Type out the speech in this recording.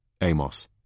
Amos